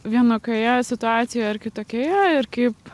vienokioje situacijoje ar kitokioje ir kaip